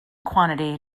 quantity